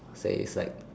say it's like